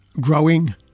growing